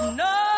no